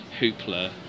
Hoopla